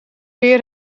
weer